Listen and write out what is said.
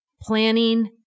planning